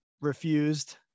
refused